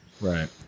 right